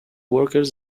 workers